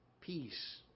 Peace